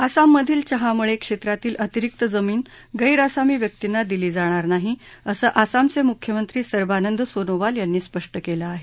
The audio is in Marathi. आसाममधील चहा मळे क्षेत्रातली अतिरिक्त जमीन गैरआसामी व्यक्तींना दिली जाणार नाही असं आसामचे मुख्यमंत्री सर्बानंद सोनोवाल यांनी स्पष्ट केलं आहे